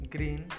Green